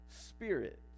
spirit